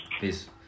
Peace